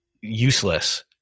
useless